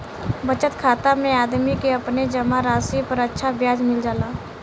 बचत खाता में आदमी के अपने जमा राशि पर अच्छा ब्याज मिल जाला